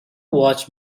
watch